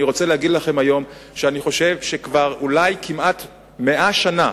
אני חושב שאולי כמעט 100 שנה